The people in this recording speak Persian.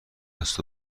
است